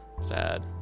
sad